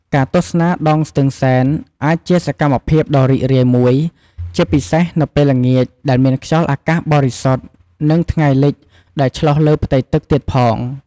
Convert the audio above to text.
ការទស្សនាដងស្ទឹងសែន អាចជាសកម្មភាពដ៏រីករាយមួយ ជាពិសេសនៅពេលល្ងាចដែលមានខ្យល់អាកាសបរិសុទ្ធ និងថ្ងៃលិចដែលឆ្លុះលើផ្ទៃទឹកទៀតផង។